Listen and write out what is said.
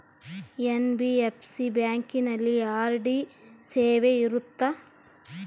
NBFC ಬ್ಯಾಂಕಿನಲ್ಲಿ RD ಸೇವೆ ಇರುತ್ತಾ?